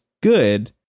good